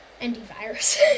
antivirus